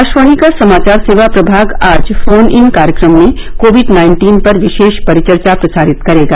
आकाशवाणी का समाचार सेवा प्रभाग आज फोन इन कार्यक्रम में कोविड नाइन्टीन पर विशेष परिचर्चा प्रसारित करेगा